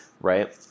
right